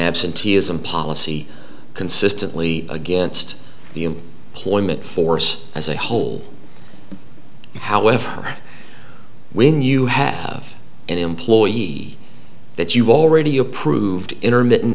absenteeism policy consistently against the plummet force as a whole however when you have an employee he that you've already approved intermittent